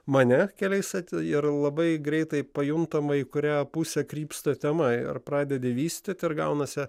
mane keliais ir labai greitai pajuntama į kurią pusę krypsta tema ar pradedi vystyti ir gaunasi